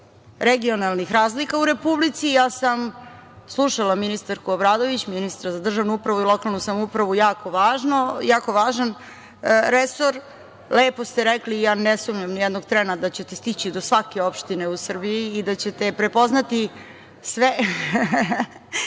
regionalnih razlika u Republici. Ja sam slušala ministarku Obradović, ministra za državnu upravu i lokalnu samoupravu, jako važan resor. Lepo ste rekli i ja ne sumnjam ni jednog trena da ćete stići do svake opštine u Srbiji i da ćete prepoznati sve,